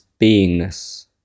beingness